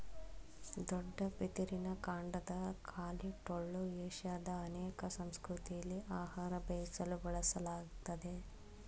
ದೊಡ್ಡ ಬಿದಿರಿನ ಕಾಂಡದ ಖಾಲಿ ಟೊಳ್ಳು ಏಷ್ಯಾದ ಅನೇಕ ಸಂಸ್ಕೃತಿಲಿ ಆಹಾರ ಬೇಯಿಸಲು ಬಳಸಲಾಗ್ತದೆ